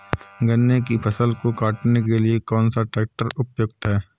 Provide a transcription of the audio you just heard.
गन्ने की फसल को काटने के लिए कौन सा ट्रैक्टर उपयुक्त है?